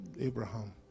Abraham